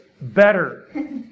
better